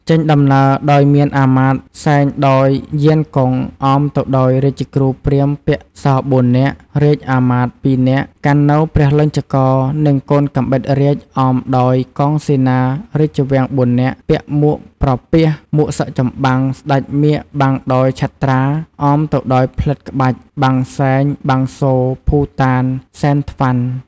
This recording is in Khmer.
ចេញដំណើរដោយមានអាមាត្យ សែងដោយ យានកុង អមទៅដោយ រាជគ្រូព្រាហ្មណ៍ពាក់ស ៤នាក់ រាជអាមាត្យ ២នាក់ កាន់នូវ ព្រះលញ្ឆករនិង កូនកាំបិតរាជ អមដោយកងសេនារាជវាំង ៤នាក់ ពាក់មួកប្រពាស មួកសឹកចម្បាំង ស្ដេចមាឃបាំងដោយឆត្រា អមទៅដោយផ្លិតក្បាច់ បាំងសែង បាំងសូរ ភូតាន សែនត្វ័ន...។